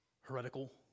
heretical